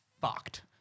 fucked